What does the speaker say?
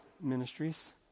ministries